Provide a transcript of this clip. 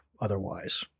otherwise